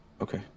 Okay